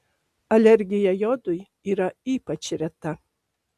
alergija jodui yra ypač reta